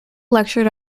lectured